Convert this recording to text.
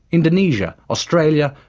indonesia, australia,